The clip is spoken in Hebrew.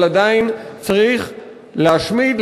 אבל עדיין צריך להשמיד,